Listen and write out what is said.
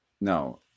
No